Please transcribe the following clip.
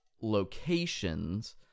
locations